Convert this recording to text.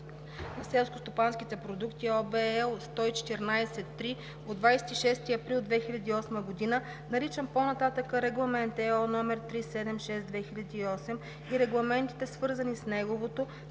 селскостопанските продукти (ОВ, L 114/3 от 26 април 2008 г.), наричан по-нататък „Регламент (ЕО) № 376/2008” и регламентите, свързани с неговото“